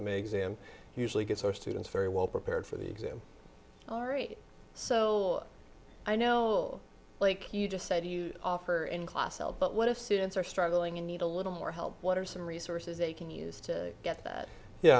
em usually gets our students very well prepared for the exam ari so i know like you just said you offer in class help but what if students are struggling and need a little more help what are some resources they can use to get that yeah